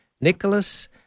Nicholas